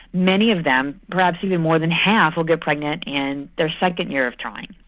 many of them, perhaps even more than half will get pregnant in their second year of trying.